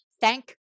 thank